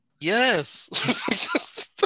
Yes